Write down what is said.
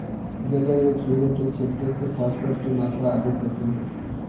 जले हुए खीरे के छिलके में फॉस्फेट की मात्रा अधिक होती है